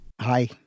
Hi